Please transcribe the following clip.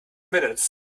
minutes